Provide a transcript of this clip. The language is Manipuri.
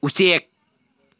ꯎꯆꯦꯛ